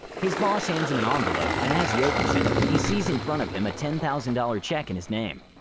his boss hands him an ah envelope and as he opens it, he sees in front of him a ten thousand dollars check in his name.